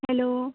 hello